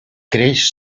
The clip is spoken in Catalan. creix